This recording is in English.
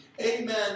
Amen